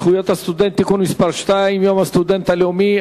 הסטודנט (תיקון מס' 2) (יום הסטודנט הלאומי),